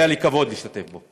והיה לי כבוד להשתתף בו.